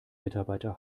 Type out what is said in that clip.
mitarbeiter